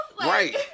Right